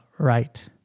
Right